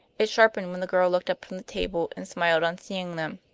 it sharpened when the girl looked up from the table and smiled on seeing them.